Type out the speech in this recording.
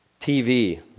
TV